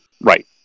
Right